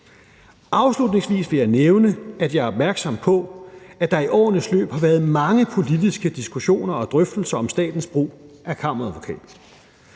Afslutningsvis vil jeg nævne, at jeg er opmærksom på, at der i årenes løb har været mange politiske diskussioner og drøftelser om statens brug af Kammeradvokaten.